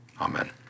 Amen